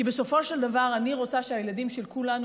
כי בסופו של דבר אני רוצה שהילדים של כולנו